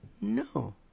No